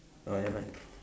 ah ya